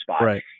Right